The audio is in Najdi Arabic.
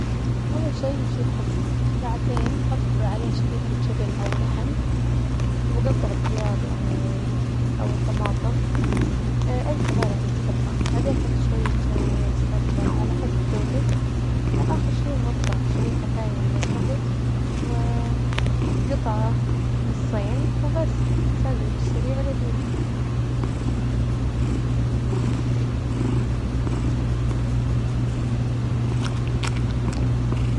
أول شي جيب خبز، بعدين حط عليه شريحة جبن أو لحم، وجطع الخيار يعني أو الطماطم أي خظار يعني تحبه، بعدين حط شوية مايونيز، كاتشب على حسب ذوجك، أخر شي غطه بشريحة ثانية من الخبز، وجطعه نصين وبس سندوتش سريع ولذيذ.